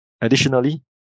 Additionally